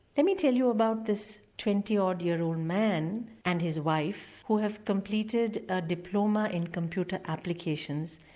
let me tell you about this twenty odd year old man and his wife who have completed a diploma in computer applications.